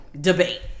Debate